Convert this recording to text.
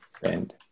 send